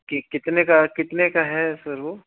कि कितने का कितने का है सर वह